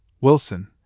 Wilson